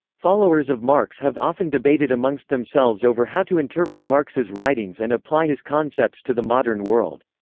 followers of marx have often debated amongst themselves over how to interpret marx's writings and apply his concepts to the modern world.